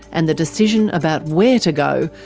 and the decision about where to go,